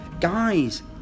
Guys